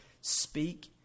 speak